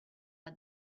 had